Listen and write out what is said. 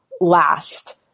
last